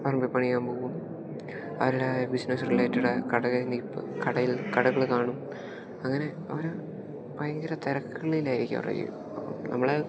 പറമ്പിൽ പണിയാൻ പോകും അവരുടെ ബിസിനസ് റിലേറ്റഡ് കടയിൽ നിൽപ്പ് കടയിൽ കടകള് കാണും അങ്ങനെ അവര് ഭയങ്കര തിരക്കുകൾ ആയിരിക്കും അവരുടെ ജീവിതം നമ്മള്